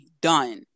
done